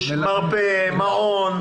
בנוגע לעטיית מסכה שבצו בריאות העם (נגיף הקורונה החדש)